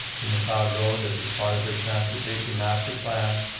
to mcleod road, this is part of their transportation master plan,